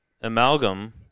Amalgam